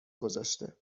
گذاشته